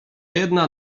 jedna